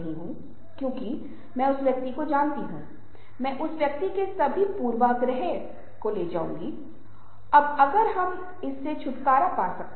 सूचना अभिव्यक्ति या राय और मूर्त परिणाम के सटीक संचरण संचार मुठभेड़ में एक माध्यमिक भूमिका निभाते हैं